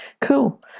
Cool